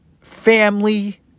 family